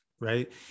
Right